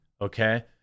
okay